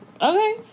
okay